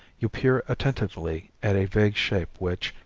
you peer attentively at a vague shape which,